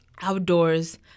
outdoors